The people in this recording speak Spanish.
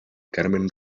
carmen